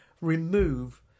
remove